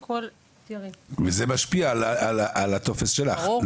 וזה משפיע על הטופס שלך.